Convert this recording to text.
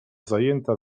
zajęta